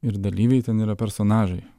ir dalyviai ten yra personažai